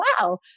wow